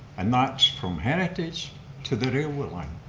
and that's from heritage to the railway line